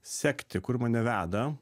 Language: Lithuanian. sekti kur mane veda